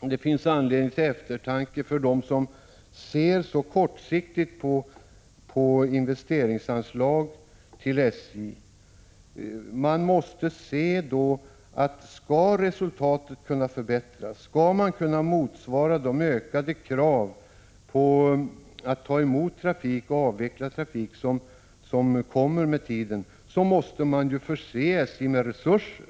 det finns anledning till eftertanke för dem som ser så kortsiktigt på investeringsanslag till SJ. Man måste se att om resultatet skall kunna förbättras, om man skall kunna motsvara de ökade kraven på att ta emot trafik som kommer med tiden, måste man förse SJ med resurser.